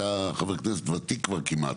אתה חבר כנסת ותיק כבר כמעט.